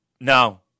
No